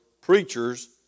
preachers